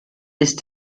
ist